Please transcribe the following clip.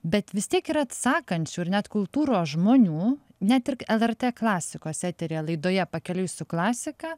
bet vis tiek yra sakančių ir net kultūros žmonių net ir lrt klasikos eteryje laidoje pakeliui su klasika